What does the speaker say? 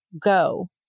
Go